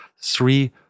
three